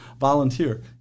volunteer